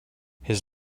his